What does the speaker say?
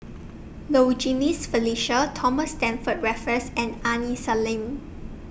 Low Jimenez Felicia Thomas Stamford Raffles and Aini Salim